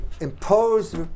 imposed